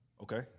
Okay